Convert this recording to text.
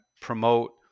promote